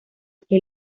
que